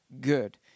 good